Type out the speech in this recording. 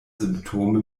symptome